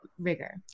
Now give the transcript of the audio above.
Rigor